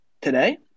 Today